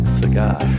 cigar